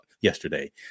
yesterday